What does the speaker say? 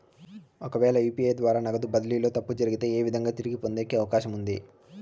ఒకవేల యు.పి.ఐ ద్వారా నగదు బదిలీలో తప్పు జరిగితే, ఏ విధంగా తిరిగి పొందేకి అవకాశం ఉంది?